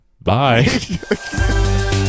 bye